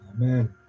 Amen